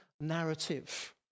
narrative